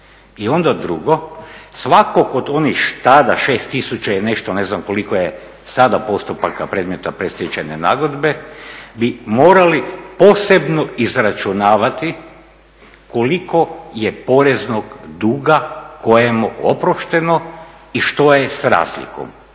I onda drugo svakog od onih tada 6 tisuća i nešto ne znam koliko je sada postupaka predmeta predstečajne nagodbe bi morali posebno izračunavati koliko je poreznog duga kojem je oprošteno i što je s razlikom.